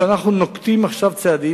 כשאנו נוקטים עכשיו צעדים,